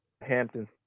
hamptons